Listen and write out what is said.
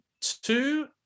Two